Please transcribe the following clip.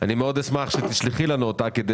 אני מאוד אשמח שתשלחי לנו אותה כדי